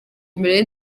imbere